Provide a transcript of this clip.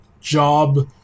job